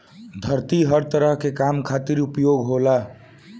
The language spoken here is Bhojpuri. धरती हर तरह के काम खातिर उपयोग होला